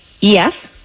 Yes